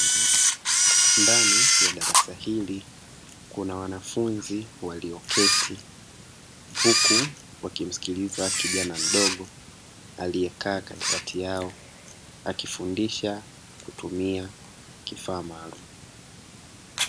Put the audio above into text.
Ndani ya darasa hili kuna wanafunzi walioketi huku wakimsikiliza kijana mdogo, aliyekaa katikati yao akifundisha kutumia kifaa maalumu.